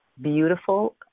beautiful